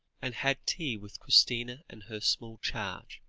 and had tea with christina and her small charge,